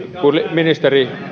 ministeri